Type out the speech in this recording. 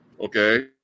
Okay